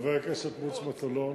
חבר הכנסת מוץ מטלון,